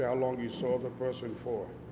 ah long you saw the person for?